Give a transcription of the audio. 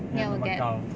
没有那么高